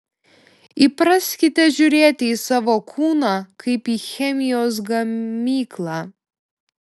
įpraskite žiūrėti į savo kūną kaip į chemijos gamyklą